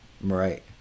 right